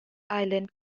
island